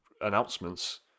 announcements